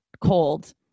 cold